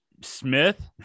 Smith